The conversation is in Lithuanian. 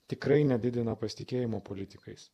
tikrai nedidina pasitikėjimo politikais